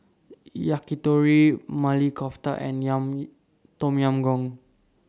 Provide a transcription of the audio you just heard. Yakitori Maili Kofta and Yam Tom Yam Goong